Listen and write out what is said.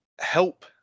help